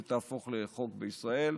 ותהפוך לחוק בישראל.